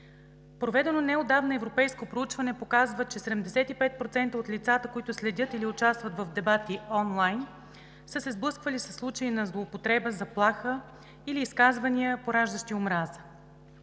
Проведено неотдавна европейско проучване показва, че 75 % от лицата, които следят или участват в дебати онлайн, са се сблъсквали със случаи на злоупотреба, заплаха или изказвания, пораждащи омраза.